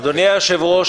אדוני היושב-ראש,